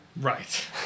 Right